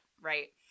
Right